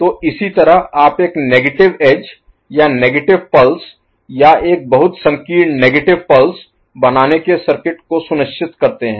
तो इसी तरह आप एक नेगेटिव एज या नेगेटिव पल्स या एक बहुत संकीर्ण नेगेटिव पल्स बनाने के सर्किट को सुनिश्चित करते हैं